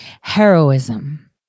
heroism